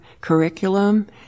curriculum